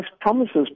promises